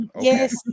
Yes